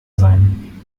sein